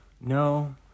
No